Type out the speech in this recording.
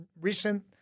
recent